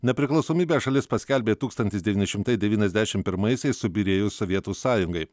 nepriklausomybę šalis paskelbė tūkstantis devyni šimtai devyniasdešim primaisiais subyrėjus sovietų sąjungai